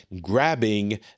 grabbing